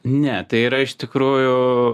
ne tai yra iš tikrųjų